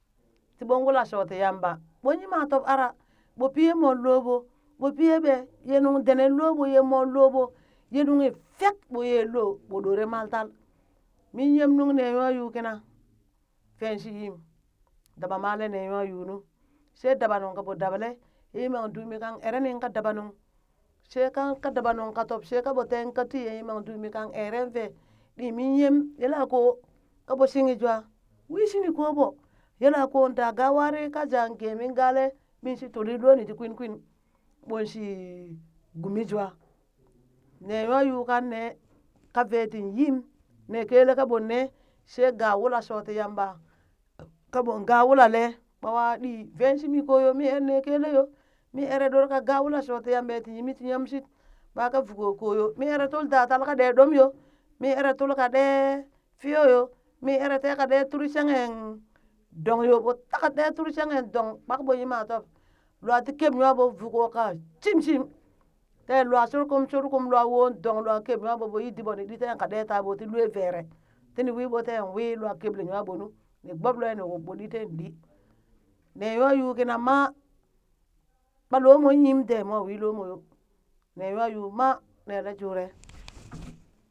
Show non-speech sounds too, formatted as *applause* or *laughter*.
Tiɓon wula shoo ti yamba ɓon yima tob ara ɓo pii ye mol loɓo ɓo pi ye ɓe ye nungdene loɓo ye mol loɓo ye nunghi fek ɓo yeen lo ɓo dore maltal min nyem nung ne nywa yuu kina veen shi yiim daba male ne nywa yuu nu, she dabanung kan dabale ye yiman dumi kan ere nin ka dabanung shekanka dabanung ka tob she ka ɓo teen ka tii, yimam dumi kan eren vee ɗi min nyem yela koo kaɓo shinghi jwa wii shini ko ɓo, yele ko da ga wari ka jaan gee min gale minshi tulin loni ti kwin kwin ɓon shi gumi jwa, ne nwa yuu kanne ka vee tin yiim, nekele ka ɓon nee she gaa wula shoo ti yamba kaɓon gaa wulale ɓawa ɗi veen shimi koyo mi er ne kele yo, mi ere ɗorka gaa wula shoo ti yambe ti nyimi ti shit ɓaka vuko koyo mi ere tul daa tal ka ɗe ɗom yo, mi ere tul ka ɗe fiyo yo, mi ere teka ɗe turi shenghen dong yo ɓo taka ɗe tur shenghe dong kpak ɓo yima tob, lwa ti keb nwaɓo voko kaa shimshim kaye lwa shurkum shurkum lwa woon dong lwa keb nwaɓo ɓo yi diɓo ni ɗi teen ka ɗe taɓo ti lue vere tini wiiɓo teen wii lwa keble nywaɓo nu, ni gbob lue ni wub ɓo ɗi teen ɗi, ne nywa yuu kina maa, ɓa lomon yim dee mwa wi lomo yo, ne nywa yuu maa nele jure. *noise*